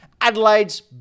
Adelaide's